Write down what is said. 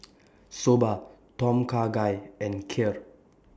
Soba Tom Kha Gai and Kheer